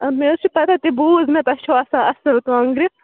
مےٚ حظ چھِ پَتہ تہِ بوٗز مےٚ تۄہہِ چھو آسان اَصٕل کانٛگرِ